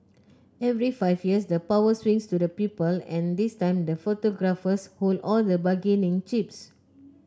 every five years the power swings to the people and this time the photographers hold all the bargaining chips